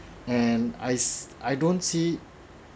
and ice I don't see